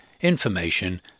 information